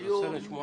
רב סרן שמועתי.